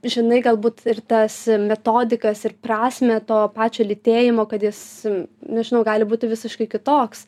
žinai galbūt ir tas metodikas ir prasmę to pačio lytėjimo kad jis nežinau gali būti visiškai kitoks